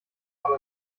aber